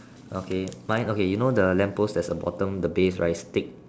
okay mine okay you know the lamp post there is a bottom the base right is thick